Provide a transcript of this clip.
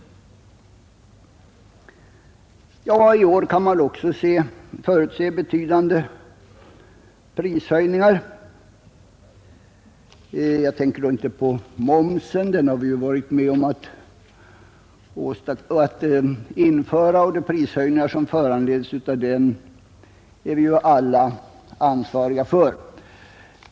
I år kan man också förutse betydande prishöjningar. Jag tänker då inte på momsen. Den har vi varit med om att införa, och de prishöjningar som föranletts av den är vi alla ansvariga för.